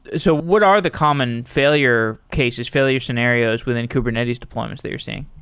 so what are the common failure cases, failure scenarios within kubernetes deployments that you're seeing?